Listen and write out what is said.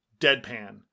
deadpan